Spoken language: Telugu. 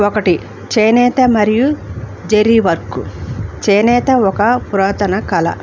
ఒకటి చేనేత మరియు జరీ వర్కు చేనేత ఒక పురాతన కళ